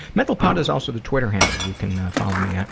mentalpod is also the twitter handle you can follow me on.